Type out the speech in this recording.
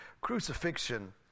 crucifixion